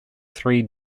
three